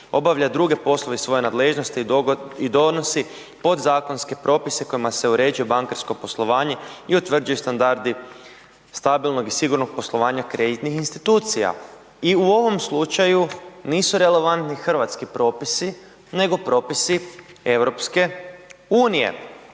obavlja druge poslove iz svoje nadležnosti i donosi podzakonske propise kojima se uređuje bankarsko poslovanje i utvrđuju standardi stabilnog i sigurnog poslovanja kreditnih institucija. I u ovom slučaju nisu relevantni hrvatski propisi nego propisi EU-a.